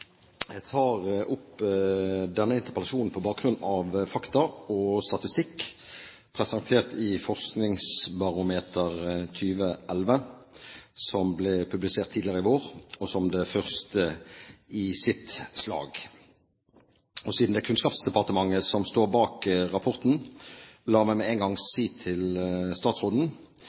Jeg tar opp denne interpellasjonen på bakgrunn av fakta og statistikk presentert i Forskningsbarometeret 2011, som ble publisert tidligere i vår, som det første i sitt slag. Siden det er Kunnskapsdepartementet som står bak rapporten, la meg med en gang si til statsråden